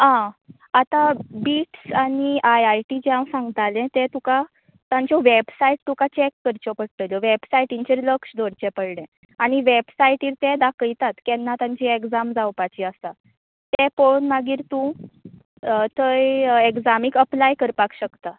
आं आतां बिट्स आनी आय आय टी जें हांव सांगतालें तें तुका तांचे वॅबसायट तुका चॅक करच्यो पडटल्यो वॅबसायटींचेर लक्ष दवरचें पडलें आनी वॅबसायटीर ते दाखयतात केन्ना तांची एग्जाम जावपाची आसा तें पळोवन मागीर तूं थंय एग्जामीक एप्लाय करपाक शकता